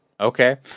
okay